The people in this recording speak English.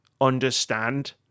understand